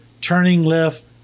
turning-left